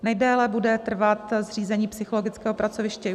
Nejdéle bude trvat zřízení psychologického pracoviště